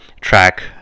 track